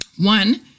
One